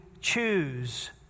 choose